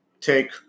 take